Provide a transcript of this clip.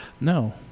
no